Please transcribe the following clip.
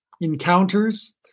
encounters